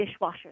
dishwashers